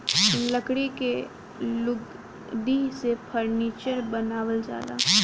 लकड़ी के लुगदी से फर्नीचर बनावल जाला